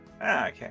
okay